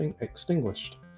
extinguished